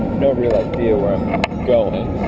no real idea where i'm going